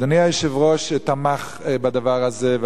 אדוני היושב-ראש תמך בדבר הזה,